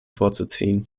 vorzuziehen